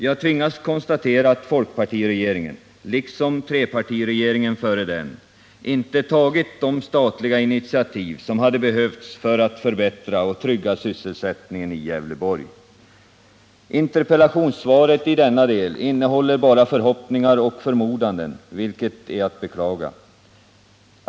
Jag tvingas konstatera att folkpartiregeringen — liksom trepartiregeringen före den — inte tagit de statliga initiativ som hade behövts för att förbättra och trygga sysselsättningen i Gävleborgs län. Interpellationssvaret i denna del innehåller bara förhoppningar och förmodanden, vilket är 89 att beklaga.